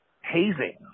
hazing